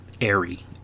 airy